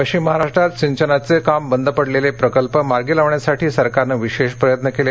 पश्चिम महाराष्ट्रात सिंचनाचे काम बंद पडलेले प्रकल्प मार्गी लावण्यासाठी सरकारने विशेष प्रयत्न केले